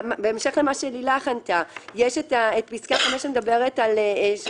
בהמשך למה שלילך ענתה: יש את פסקה 5 שמדברת על כך